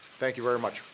thank you very much.